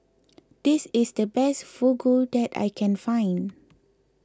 this is the best Fugu that I can find